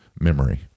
Memory